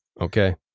Okay